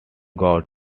got